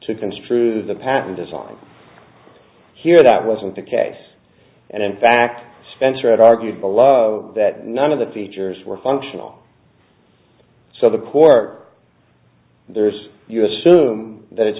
to construe the patent is on here that wasn't the case and in fact spencer had argued below that none of the features were functional so the court there's you assume that it's